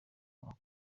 inyuma